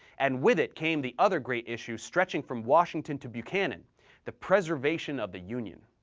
and with it came the other great issue stretching from washington to buchanan the preservation of the union.